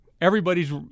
everybody's